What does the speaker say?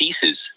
pieces